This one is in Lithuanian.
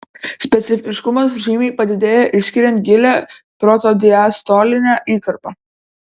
specifiškumas žymiai padidėja išskiriant gilią protodiastolinę įkarpą